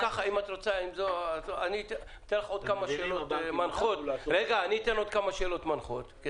אני אתן לך כמה שאלות מנחות.